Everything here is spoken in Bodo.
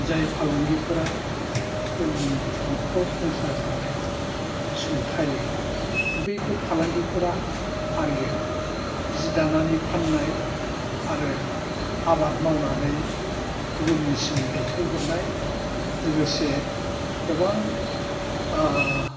जाय फालांगिफोरा जोंनि न'खर संसार जानायाव सुंथायो बैफोर फालांगिफोरा फारियै जि दानानै फाननाय आरो आबाद मावनानै गुबुननिसिम दैथाय हरनाय लोगोसे गोबां